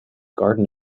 garden